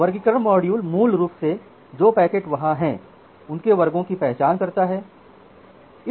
वर्गीकरण मॉड्यूल मूल रूप से जो पैकेट वहां हैं उनके वर्गों की पहचान करता है